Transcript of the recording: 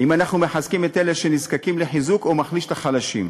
האם אנחנו מחזקים את אלה שנזקקים לחיזוק או מחלישים את החלשים?